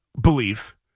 belief